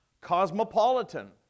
Cosmopolitan